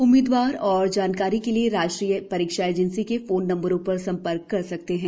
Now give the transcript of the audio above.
उम्मीदवार और जानकारी के लिए राष्ट्रीय परीक्षा एजेंसी के फोन नमबरों पर संपर्क कर सकते हैं